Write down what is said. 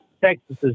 Texas